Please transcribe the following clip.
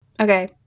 okay